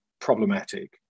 problematic